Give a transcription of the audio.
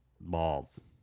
balls